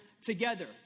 Together